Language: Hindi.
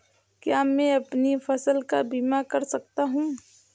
क्या मैं अपनी फसल का बीमा कर सकता हूँ?